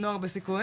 רציתי גם